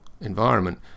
environment